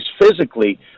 physically